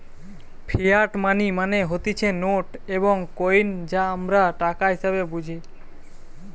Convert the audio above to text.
fiat money মানে হতিছে note এবং কইন যা আমরা টাকা হিসেবে বুঝি